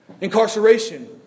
incarceration